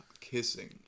kissing